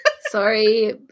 Sorry